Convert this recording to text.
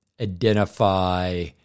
identify